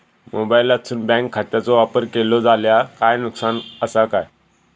मोबाईलातसून बँक खात्याचो वापर केलो जाल्या काय नुकसान असा काय?